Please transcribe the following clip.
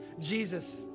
Jesus